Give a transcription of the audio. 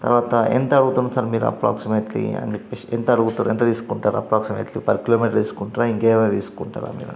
తర్వాత ఎంతవుతుంది సార్ మీరు అప్రాక్సిమేట్లీ అని చెప్పేసి ఎంత అడుగుతారు ఎంత తీసుకుంటారు అప్రాక్సిమేట్లీ పర్ కిలోమీటర్ తీసుకుంటారా ఇంకేమైనా తీసుకుంటారా మీరు అని